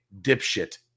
dipshit